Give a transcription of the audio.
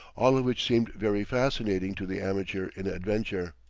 all of which seemed very fascinating to the amateur in adventure.